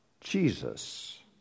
Jesus